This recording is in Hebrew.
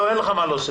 לא, אין לך מה להוסיף.